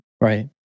Right